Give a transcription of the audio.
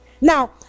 Now